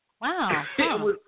Wow